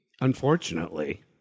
unfortunately